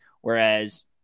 Whereas